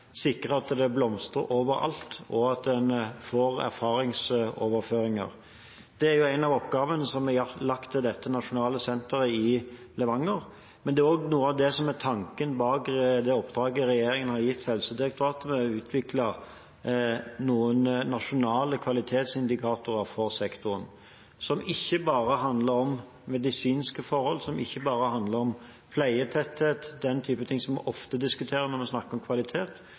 sikre at det blomstrer opp overalt, og at man får erfaringsoverføringer. Det er en av oppgavene som er lagt til dette nasjonale senteret i Levanger, men det er også noe av det som er tanken bak det oppdraget regjeringen har gitt Helsedirektoratet med å utvikle noen nasjonale kvalitetsindikatorer for sektoren som ikke bare handler om medisinske forhold, om pleietetthet og den typen ting vi ofte diskuterer når vi snakker om kvalitet,